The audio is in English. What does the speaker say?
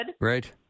Right